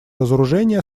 разоружения